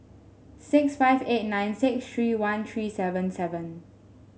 six five eight nine six three one three seven seven